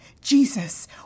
Jesus